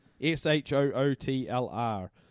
S-H-O-O-T-L-R